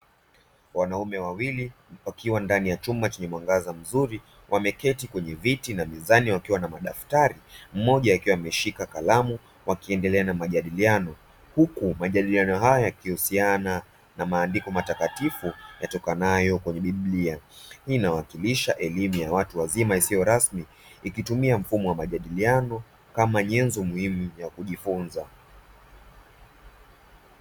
Wanaume wawili wakiwa ndani ya chumba chenye mwangaza mzuri, wamekaa kwenye viti na meza ndogo wakiwa na madaftari, mmoja akiwa ameshika kalamu, wakiendelea na majadiliano. Huku majadiliano haya yakihusiana na maandiko matakatifu yatokanayo kwenye Bibilia, ina wakilisha elimu ya watu wazima isiyo rasmi, ikitumia mfumo wa majadiliano kama nyenzo muhimu ya kujifunza.